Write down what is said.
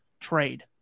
trade